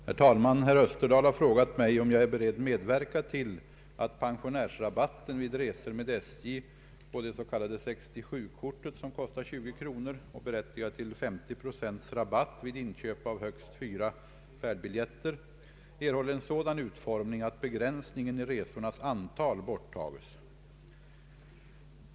Herr talman! Herr Österdahl har frågat mig om jag är beredd medverka till att pensionärsrabatten vid resor med SJ på det s.k. 67-kortet, som kostar 20 kr. och berättigar till 50 procents rabatt vid inköp av högst fyra färdbiljetter, erhåller en sådan utformning att begränsningen i resornas antal borttages.